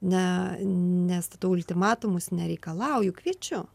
ne nes ultimatumus nereikalauju kviečiu